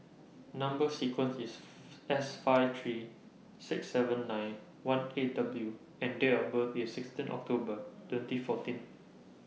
Number sequence IS S five three six seven nine one eight W and Date of birth IS sixteen October twenty fourteen